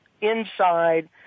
inside